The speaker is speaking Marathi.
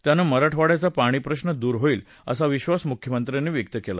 त्यानं मराठवाङ्याचा पाणी प्रश्न दूर होईल असा विधास मुख्यमंत्र्यांनी व्यक्त क्ला